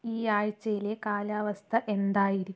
ഈ ആഴ്ചയിലെ കാലാവസ്ഥ എന്തായിരിക്കും